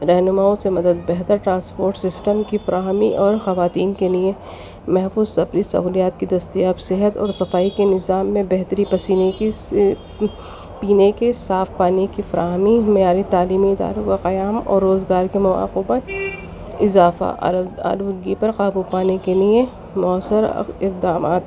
رہنماؤں سے مدد بہتر ٹرانسپوٹ سسٹم کی فراہمی اور خواتین کے لیے محفوظ سفری سہولیات کی دستیاب صحت اور صفائی کے نظام میں بہتری پسینے کی پینے کے صاف پانی کی فراہمی معیاری تعلیمی اداروں کا قیام اور روزگار کے مواقعوں پر اضافہ اور آلودگی پر قابو پانے کے لیے مؤثر اقدامات